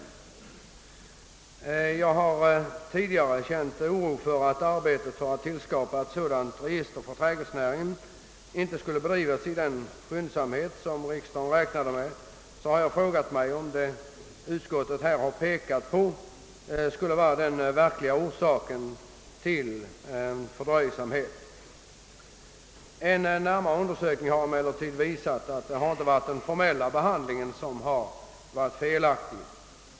Då jag redan tidigare känt oro för att arbetet för att tillskapa ett företagsregister för trädgårdsnäringen inte skulle bedrivas med den skyndsamhet som riksdagen räknade med, har jag frågat mig om vad utskottet här pekat på är den verkliga orsaken till dröjsmålet. En närmare undersökning har dock visat att den formella behandlingen inte har varit felaktig.